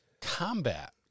combat